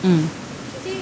mm